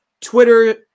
Twitter